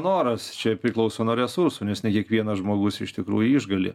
noras čia priklauso nuo resursų nes ne kiekvienas žmogus iš tikrųjų išgali